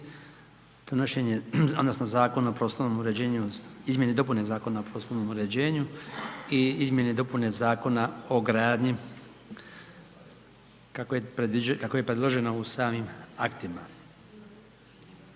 odnosno Zakona o prostornom uređenju, izmjene i dopune Zakona o prostornom uređenju i izmjene i dopune Zakona o gradnji, kako je predloženo u samim aktima.